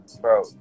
Bro